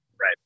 Right